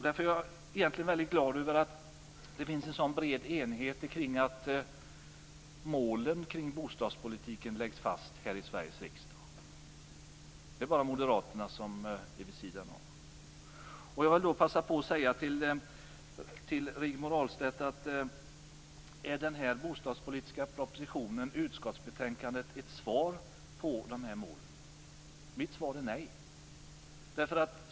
Därför är jag väldigt glad över att det finns en så bred enighet kring de mål som läggs fast här i Sveriges riksdag. Det är bara moderaterna som ställer sig vid sidan om. Då vill jag passa på att fråga Rigmor Ahlstedt: Är den bostadspolitiska propositionen och utskottsbetänkandet ett svar på dessa mål? Mitt svar är nej.